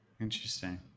Interesting